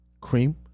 cream